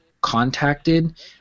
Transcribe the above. contacted